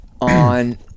on